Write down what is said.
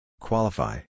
Qualify